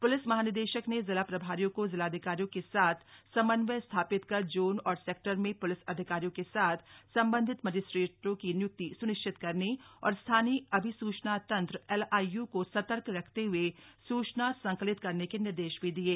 police महानिदेशक ने जिला प्रभारियों को जिलाधिकारियों के साथ समन्वय स्थापित कर जोन और सेक्टर में पुलिस अधिकारियों के साथ सम्बन्धित मजिस्ट्रेटों की नियुक्ति सुनिश्चित करने और स्थानीय अभिसूचना तंत्र एलआईयू को सर्तक रखते हुए सूचना संकलित करने के निर्देश भी दिये